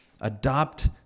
adopt